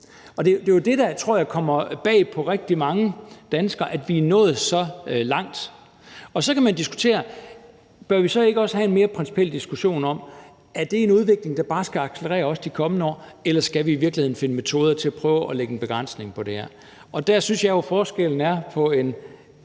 og det er jo det, jeg tror kommer bag på rigtig mange danskere, altså at vi er nået så langt. Og så kan man diskutere, om vi så ikke også bør have en mere principiel diskussion af, om det er en udvikling, der bare skal accelerere, også i de kommende år, eller om vi i virkeligheden skal finde metoder til at prøve at lægge en begrænsning på det her. Der synes jeg jo, der er en